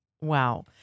Wow